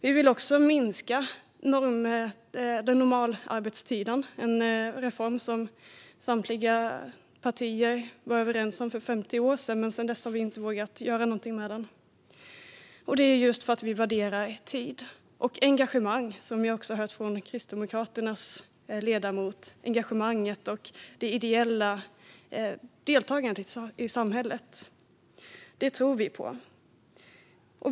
Vi vill minska normalarbetstiden. Det var en reform som samtliga partier var överens om för 50 år sedan, men sedan dess har man inte vågat göra någonting med den. Det är just för att vi värderar tid som vi vill det. Det gäller också engagemang, som vi har hört från Kristdemokraternas ledamot. Det handlar om engagemanget och det ideella deltagandet i samhället. Det tror vi på.